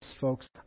folks